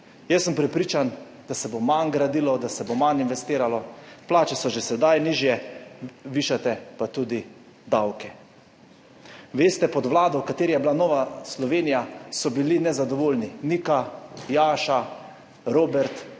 Jaz sem prepričan, da se bo manj gradilo, da se bo manj investiralo, plače so že sedaj nižje, višate pa tudi davke. Veste, pod vlado, v kateri je bila Nova Slovenija, so bili nezadovoljni Nika, Jaša, Robert,